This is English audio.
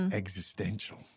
existential